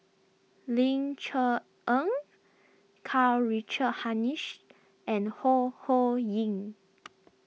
Ling Cher Eng Karl Richard Hanitsch and Ho Ho Ying